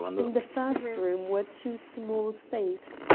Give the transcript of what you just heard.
in the first room were two small safes,